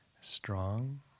strong